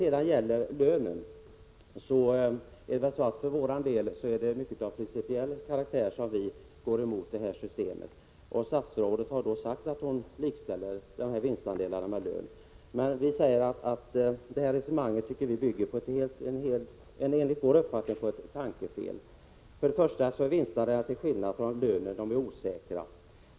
Sedan vill jag säga att det i mycket är av principiella skäl som vi för vår del går emot det här förslaget. Statsrådet har sagt att hon likställer vinstandelarna med lön. Enligt vår uppfattning bygger det resonemanget på ett tankefel. För det första är vinstandelarna till skillnad från lönen osäkra.